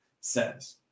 says